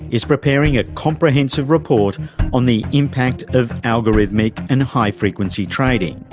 is preparing a comprehensive report on the impact of algorithmic and high-frequency trading.